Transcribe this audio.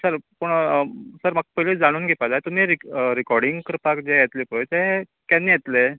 sir पूण sir म्हाका पयलीं जाणून घेवपा जाय तुमी रिकाॅर्डिंग करपाक जे येतले पय तें केन्ना येतले